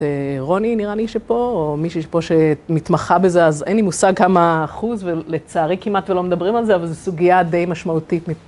רוני נראה לי שפה, או מישהי שפה שמתמחה בזה, אז אין לי מושג כמה אחוז, ולצערי כמעט לא מדברים על זה, אבל זו סוגיה די משמעותית מ...